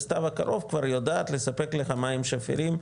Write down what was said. בסתיו הקרוב כבר יודעת לספק לך מים שפירים,